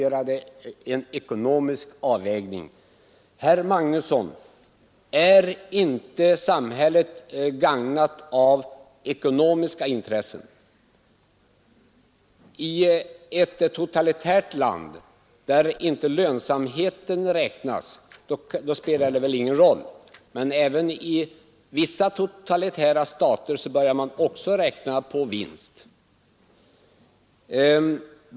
Har inte samhället, herr Magnusson i Kristinehamn, ekonomiska intressen? I en totalitär stat, där lönsamheten inte räknas, spelar det väl ingen roll, men även i vissa sådana länder börjar man räkna med vinst.